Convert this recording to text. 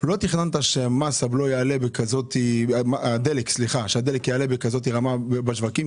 לא תכננת שהדלק יעלה בכזאת רמה בשווקים,